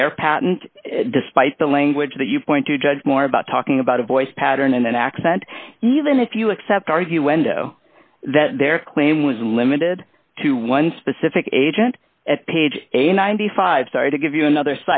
their patent despite the language that you point to judge more about talking about a voice pattern in an accent even if you accept argue window that their claim was limited to one specific agent at page a ninety five sorry to give you another